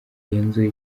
genzura